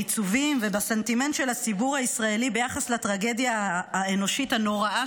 בעיצובים ובסנטימנט של הציבור הישראלי ביחס לטרגדיה האנושית הנוראה